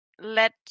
let